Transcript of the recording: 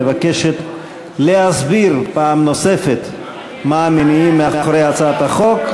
מבקשת להסביר פעם נוספת מה הם המניעים שמאחורי הצעת החוק.